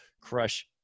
crush